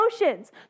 emotions